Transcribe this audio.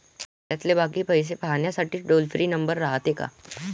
खात्यातले बाकी पैसे पाहासाठी टोल फ्री नंबर रायते का?